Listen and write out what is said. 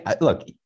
Look